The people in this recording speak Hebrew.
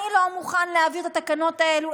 אני לא מוכן להעביר את התקנות האלה,